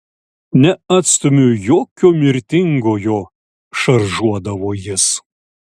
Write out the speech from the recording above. neatstumiu jokio mirtingojo šaržuodavo jis